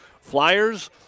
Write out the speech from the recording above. flyers